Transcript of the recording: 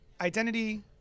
identity